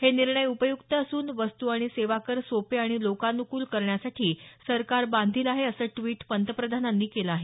हे निर्णय उपयुक्त असून वस्तू आणि सेवा कर सोपे आणि लोकान्क्ल करण्यासाठी सरकार बांधील आहे असं ड्विट पंतप्रधानांनी केलं आहे